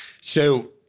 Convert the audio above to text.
So-